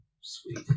Sweet